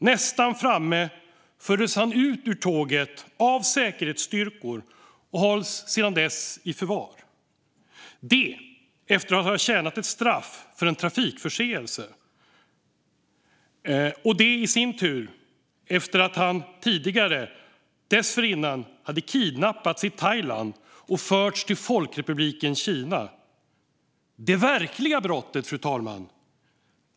Nästan framme fördes han ut ur tåget av säkerhetsstyrkor och hålls sedan dess i förvar, detta efter att ha avtjänat ett straff för en trafikförseelse, det i sin tur efter att ha kidnappats i Thailand och förts till Folkrepubliken Kina. Vad var det verkliga brottet, fru talman?